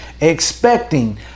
expecting